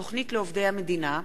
(תוכנית לעובדי המדינה),